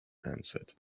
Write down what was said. answered